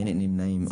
אין נמנעים?